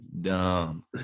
dumb